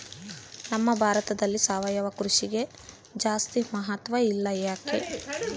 ನಮ್ಮ ಭಾರತದಲ್ಲಿ ಸಾವಯವ ಕೃಷಿಗೆ ಜಾಸ್ತಿ ಮಹತ್ವ ಇಲ್ಲ ಯಾಕೆ?